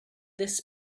this